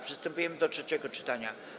Przystępujemy do trzeciego czytania.